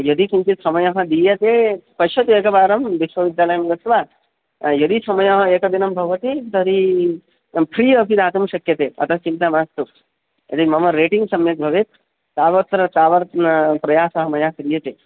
यदि किञ्चित् समयः दीयते पश्यतु एकवारं विश्वविद्यालयं गत्वा यदि समयः एकदिनं भवति तर्हि फ़्री अपि दातुं शक्यते अतः चिन्ता मास्तु यदि मम रेटिङ्ग् सम्यक् भवेत् तावत्र तावत् प्रयासः मया क्रियते